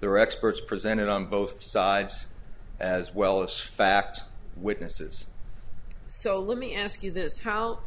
their experts presented on both sides as well as fact witnesses so let me ask you this how